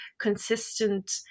consistent